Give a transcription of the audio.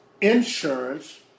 insurance